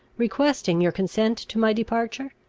requesting your consent to my departure?